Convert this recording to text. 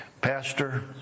Pastor